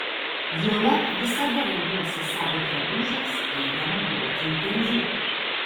juolab visada rengiuosi savo drabužiais eidama duoti interviu